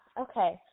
okay